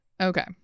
Okay